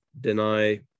deny